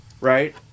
right